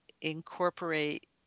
incorporate